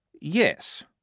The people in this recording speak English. yes